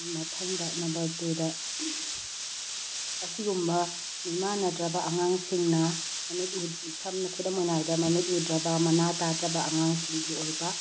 ꯃꯊꯪꯗ ꯅꯝꯕꯔ ꯇꯨꯗ ꯑꯁꯤꯒꯨꯝꯕ ꯃꯤꯃꯥꯟꯅꯗ꯭ꯔꯕ ꯑꯉꯥꯡꯁꯤꯡꯅ ꯁꯝꯅ ꯈꯨꯗꯝ ꯑꯣꯏꯅ ꯍꯥꯏꯔꯕꯗ ꯃꯃꯤꯠ ꯎꯗ꯭ꯔꯕ ꯃꯅꯥ ꯇꯥꯗ꯭ꯔꯕ ꯑꯉꯥꯡꯁꯤꯡꯒꯤ ꯑꯣꯏꯕ